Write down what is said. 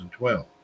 2012